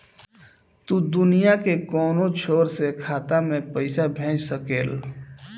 तू दुनिया के कौनो छोर से खाता में पईसा भेज सकेल